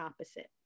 opposite